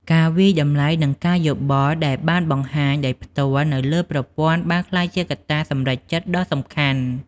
ការវាយតម្លៃ និងការយោបល់ដែលបានបង្ហាញដោយផ្ទាល់នៅលើប្រព័ន្ធបានក្លាយជាកត្តាសម្រេចចិត្តដ៏សំខាន់។